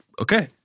Okay